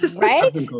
Right